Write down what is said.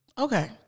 Okay